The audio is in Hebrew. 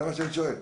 זה מה שאני שואל.